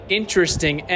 interesting